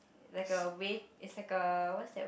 like a way it's like a what that word